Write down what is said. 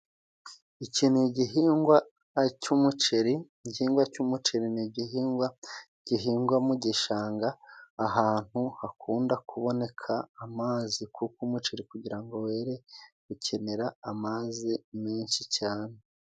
Iki ni igihingwa cy'umuceri igihingwa cy'umuceri ni igihingwa gihingwa mu gishanga ahantu hakunda kuboneka amazi kuko umuceri kugira ngo were gukenera amazi menshi cane.